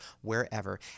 wherever